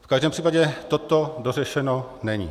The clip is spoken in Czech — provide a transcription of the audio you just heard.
V každém případě toto dořešeno není.